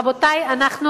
רבותי, אנחנו